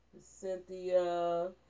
Cynthia